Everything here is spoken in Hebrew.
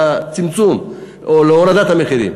לצמצום או להורדת המחירים.